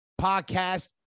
Podcast